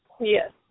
Yes